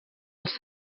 els